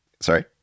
sorry